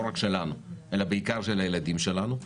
לא רק שלנו אלא בעיקר של הילדים שלנו.